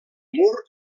mur